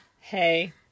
Hey